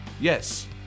Yes